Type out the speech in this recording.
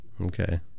okay